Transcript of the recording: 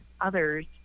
others